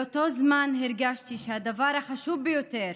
באותו זמן הרגשתי שהדבר החשוב ביותר